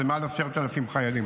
זה מעל 10,000 חיילים.